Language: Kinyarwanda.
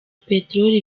peteroli